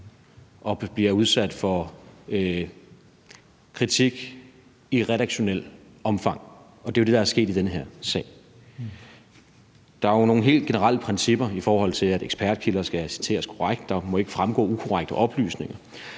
og bliver udsat for kritik i redaktionelt omfang, og det er det, der er sket i den her sag. Der er nogle helt generelle principper, i forhold til at ekspertkilder skal citeres korrekt: Der må ikke fremgå ukorrekte oplysninger,